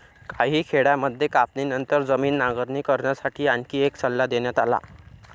काही खेड्यांमध्ये कापणीनंतर जमीन नांगरणी करण्यासाठी आणखी एक सल्ला देण्यात आला